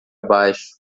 baixo